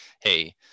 Hey